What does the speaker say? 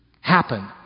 happen